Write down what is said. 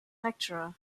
lecturer